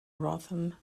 rotherham